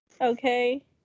Okay